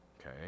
Okay